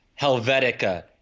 Helvetica